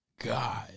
God